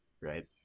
right